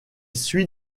suit